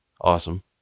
Awesome